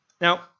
Now